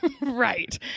Right